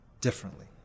differently